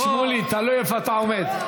איציק שמולי, תלוי איפה אתה עומד.